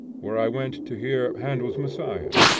where i went to hear handel's messiah.